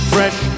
Fresh